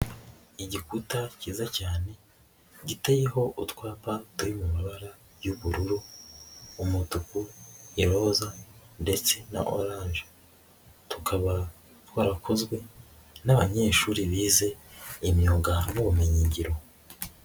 Igikuta kiza cyane giteyeho utwapa turi mu mabara y'ubururu, umutuku, iroza, ndetse na oranje tukaba twarakozwe n'abanyeshuri bize imyuga n'ubumenyingiro.